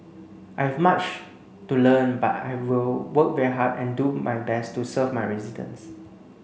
I have much to learn but I will work very hard and do my best to serve my residents